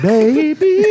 Baby